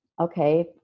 okay